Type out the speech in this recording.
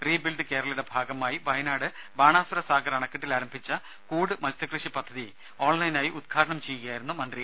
re build കേരളയുടെ ഭാഗമായി വയനാട് ബാണാസുര സാഗർ അണക്കെട്ടിൽ ആരംഭിച്ച കൂട് മത്സ്യക്കൃഷി പദ്ധതി ഓൺലൈനായി ഉദ്ഘാടനം ചെയ്യുകയായിരുന്നു മന്ത്രി